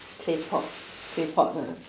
clay pot clay pot ah